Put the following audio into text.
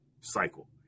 cycle